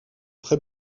très